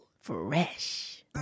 Fresh